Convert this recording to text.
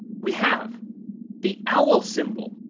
we have the owl symbol.